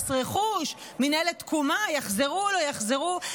מס רכוש, מינהלת תקומה, יחזרו, לא יחזרו.